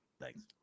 Thanks